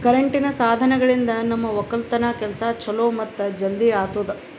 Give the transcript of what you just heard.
ಕರೆಂಟಿನ್ ಸಾಧನಗಳಿಂದ್ ನಮ್ ಒಕ್ಕಲತನ್ ಕೆಲಸಾ ಛಲೋ ಮತ್ತ ಜಲ್ದಿ ಆತುದಾ